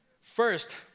First